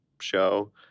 show